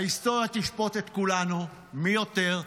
ההיסטוריה תשפוט את כולנו, מי יותר,